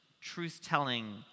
truth-telling